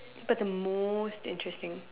but the most interesting